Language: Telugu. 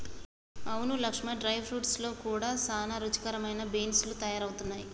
అవును లక్ష్మీ డ్రై ఫ్రూట్స్ లో కూడా సానా రుచికరమైన బీన్స్ లు తయారవుతున్నాయి